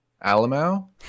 Alamo